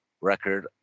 record